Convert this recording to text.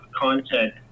content